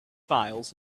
files